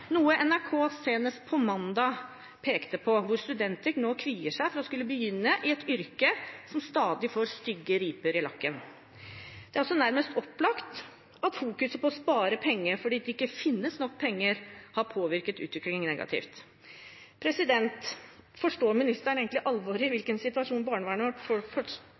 for å skulle begynne i et yrke som stadig får stygge riper i lakken. Det er altså nærmest opplagt at fokuset på å spare penger fordi det ikke finnes nok penger, har påvirket utviklingen negativt. Forstår ministeren egentlig alvoret i den situasjonen barnevernet befinner seg i, og kommer ministeren til å sørge for